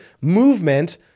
movement